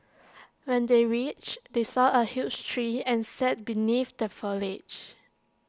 when they reached they saw A huge tree and sat beneath the foliage